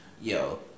yo